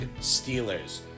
Steelers